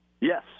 Yes